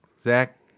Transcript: Zach